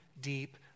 deep